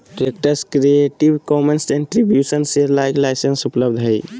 text creative commons attribution share alike licence उपलब्ध हइ